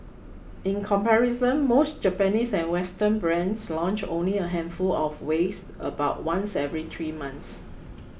in comparison most Japanese and Western brands launch only a handful of wares about once every three months